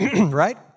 right